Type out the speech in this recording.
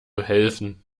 helfen